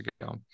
ago